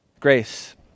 Grace